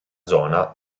zona